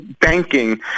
banking